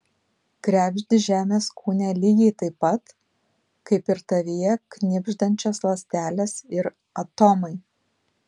krebždi žemės kūne lygiai taip pat kaip ir tavyje knibždančios ląstelės ir atomai